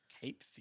Cape